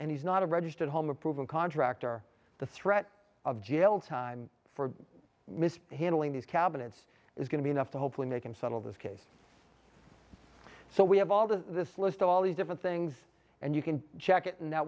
and he's not a registered home approval contractor the threat of jail time for mr handling these cabinets is going to be enough to hopefully make him settle this case so we have all the this list all these different things and you can check it in that